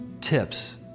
tips